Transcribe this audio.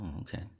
okay